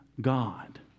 God